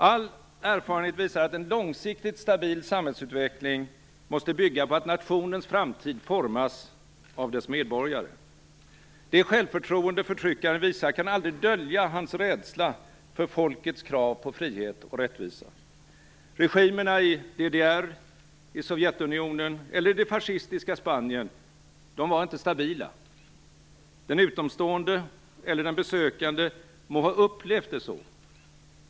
All erfarenhet visar att en långsiktigt stabil samhällsutveckling måste bygga på att nationens framtid formas av dess medborgare. Det självförtroende förtryckaren visar kan aldrig dölja hans rädsla för folkets krav på frihet och rättvisa. Regimerna i DDR, i Sovjetunionen eller i det fascistiska Spanien var inte stabila. Den utomstående - eller den besökande - må ha upplevt det så.